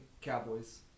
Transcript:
Cowboys